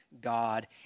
God